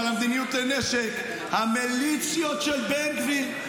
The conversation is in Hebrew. על המדיניות כלי הנשק: המיליציות של בן גביר.